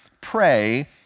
pray